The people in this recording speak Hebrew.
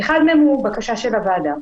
אחד מהם הוא בקשה של הוועדה.